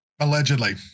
Allegedly